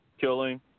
killing